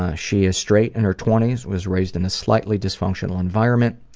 ah she is straight, in her twenty s, was raised in a slightly dysfunctional environment,